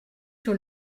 sur